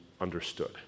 understood